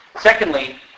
Secondly